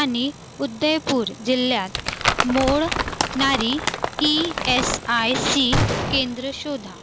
आणि उदयपूर जिल्ह्यात मोडणारी ई एस आय सी केंद्रं शोधा